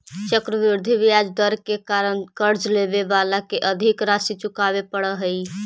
चक्रवृद्धि ब्याज दर के कारण कर्ज लेवे वाला के अधिक राशि चुकावे पड़ऽ हई